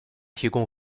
提供